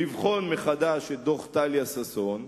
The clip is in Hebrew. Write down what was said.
לבחון מחדש את דוח טליה ששון,